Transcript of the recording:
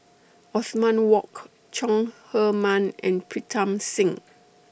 Othman Wok Chong Heman and Pritam Singh